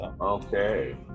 Okay